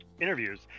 interviews